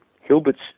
Hilbert's